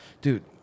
dude